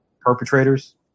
perpetrators